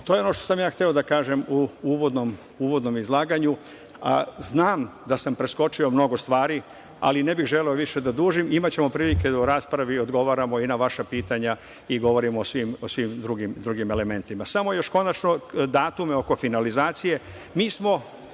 To je ono što sam ja hteo da kažem u uvodnom izlaganju. Znam da sam preskočio mnogo stvari, ali ne bih želeo više da dužim. Imaćemo prilike da u raspravi odgovaramo i na vaša pitanja i da govorimo o svim drugim elementima. Samo još datumi oko finalizacije.